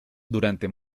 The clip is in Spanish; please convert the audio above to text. durante